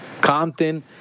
Compton